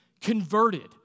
converted